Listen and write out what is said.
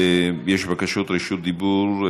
יש בקשות רשות דיבור.